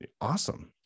awesome